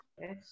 Yes